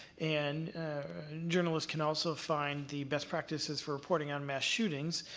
and journalists can also find the best practices for reporting on mass shootings,